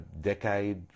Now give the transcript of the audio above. decade